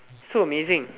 so amazing